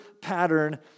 pattern